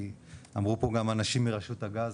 אמרו פה גם אנשים מרשות הגז,